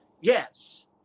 yes